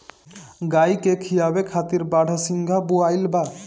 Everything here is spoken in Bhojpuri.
गाई के खियावे खातिर बरसिंग बोआइल बा